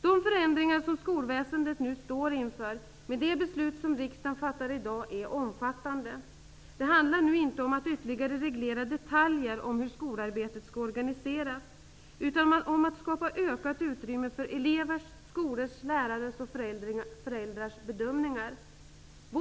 De förändringar som skolväsendet står inför till följd av det beslut som riksdagen fattar i dag är omfattande. Det handlar nu inte om att ytterligare reglera detaljer om hur skolarbetet skall organiseras, utan om att skapa ökat utrymme för elevers, skolors, lärares och föräldrars bedömningar.